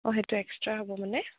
অঁ সেইটো এক্সট্ৰা হ'ব মানে